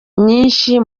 nyinshi